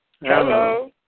Hello